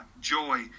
Joy